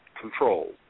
control